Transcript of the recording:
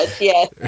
yes